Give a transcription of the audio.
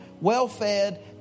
well-fed